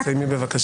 קארין, סיימי בבקשה.